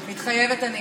מתחייבת אני